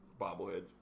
bobblehead